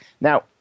Now